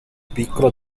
piccola